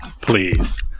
Please